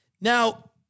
Now